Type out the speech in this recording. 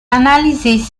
análisis